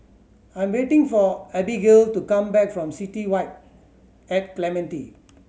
I'm waiting for Abigail to come back from City Vibe at Clementi